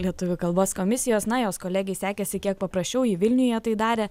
lietuvių kalbos komisijos na jos kolegei sekėsi kiek paprasčiau ji vilniuje tai darė